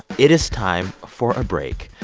it is time for a break.